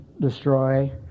destroy